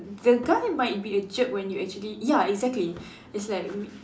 the guy might be a jerk when you actually ya exactly it's like